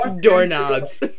doorknobs